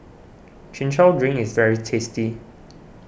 Chin Chow Drink is very tasty